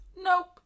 Nope